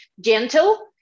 gentle